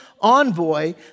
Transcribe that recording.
envoy